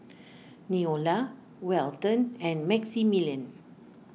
Neola Walton and Maximilian